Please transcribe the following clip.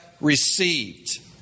received